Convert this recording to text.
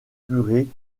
curés